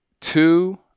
two